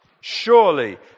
surely